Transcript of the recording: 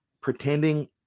pretending